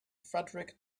frederic